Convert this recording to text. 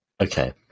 Okay